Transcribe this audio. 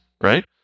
Right